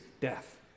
death